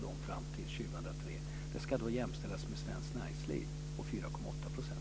Det är jag övertygad om. Det ska jämföras med svenskt näringsliv där andelen kvinnor är 4,8 %.